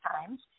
times